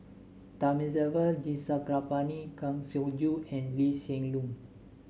Thamizhavel G Sarangapani Kang Siong Joo and Lee Hsien Loong